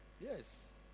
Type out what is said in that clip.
Yes